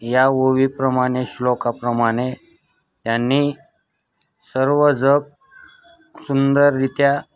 या ओवीप्रमाणे श्लोकाप्रमाणे त्यांनी सर्व जग सुंदररित्या